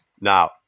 Now